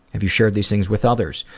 have you shared these things with others?